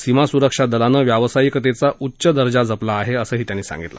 सीमा सुरक्षा दलानं व्यवसायिकतेचा उच्च दर्जा जपला आहे असं त्यांनी सांगितलं